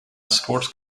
sports